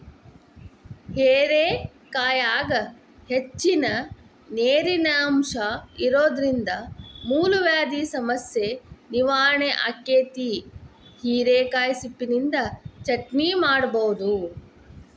ಹೇರೆಕಾಯಾಗ ಹೆಚ್ಚಿನ ನೇರಿನಂಶ ಇರೋದ್ರಿಂದ ಮೂಲವ್ಯಾಧಿ ಸಮಸ್ಯೆ ನಿವಾರಣೆ ಆಕ್ಕೆತಿ, ಹಿರೇಕಾಯಿ ಸಿಪ್ಪಿನಿಂದ ಚಟ್ನಿ ಮಾಡಬೋದು